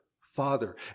Father